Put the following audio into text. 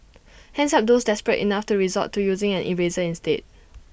hands up those desperate enough to resort to using an eraser instead